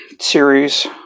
series